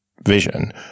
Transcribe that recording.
vision